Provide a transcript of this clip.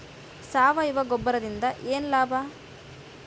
ಸಾವಯವ ಗೊಬ್ಬರದಿಂದ ಏನ್ ಲಾಭ?